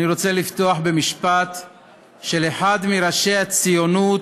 אני רוצה לפתוח במשפט של אחד מראשי הציונות,